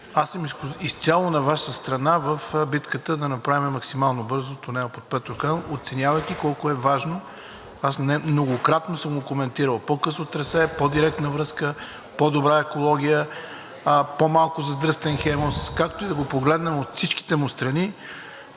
аз съм изцяло на Ваша страна в битката да направим максимално бързо тунела под Петрохан, оценявайки колко е важно. Аз съм го коментирал многократно – по-късо трасе е, по-директна връзка, по-добра екология, по-малко задръстен „Хемус“. Както и да го погледнем от всичките му страни,